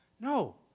no